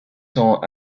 sont